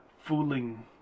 fooling